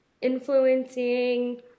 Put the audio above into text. influencing